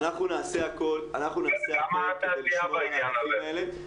אנחנו נעשה הכול כדי לשמור על הענפים האלה.